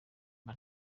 mba